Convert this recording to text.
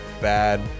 bad